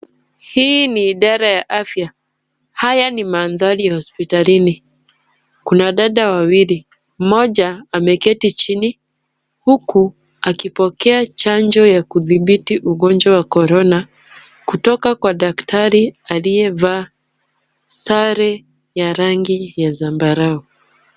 Hii ni idara ya afya. Haya ni mandhari ya hospitalini. Kuna dada wawili. Mmoja ameketi chini huku akipokea chanjo ya kudhibiti ugonjwa wa corona, kutoka kwa daktari aliyevaa sare ya rangi ya zambarau.